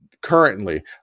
currently